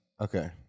Okay